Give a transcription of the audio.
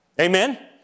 Amen